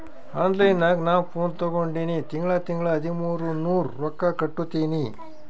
online ನಾಗ್ ನಾ phone ತಗೊಂಡಿನಿ ತಿಂಗಳಾ ತಿಂಗಳಾ ಹದಿಮೂರ್ ನೂರ್ ರೊಕ್ಕಾ ಕಟ್ಟತ್ತಿನಿ